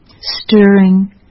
stirring